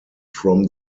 from